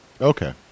Okay